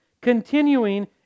continuing